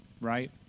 right